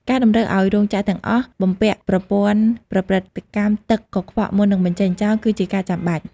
ការតម្រូវឱ្យរោងចក្រទាំងអស់បំពាក់ប្រព័ន្ធប្រព្រឹត្តកម្មទឹកកខ្វក់មុននឹងបញ្ចេញចោល គឺជាការចាំបាច់។